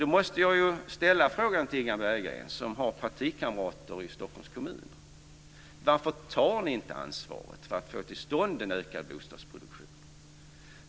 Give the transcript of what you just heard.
Jag måste då ställa följande fråga till Inga Berggren, som har partikamrater i Stockholms kommun: Varför tar ni inte ansvar för att där få till stånd en ökad bostadsproduktion?